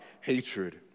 hatred